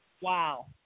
Wow